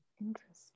Interesting